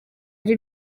ari